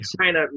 China